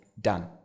done